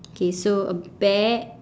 okay so a bear